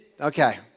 Okay